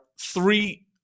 three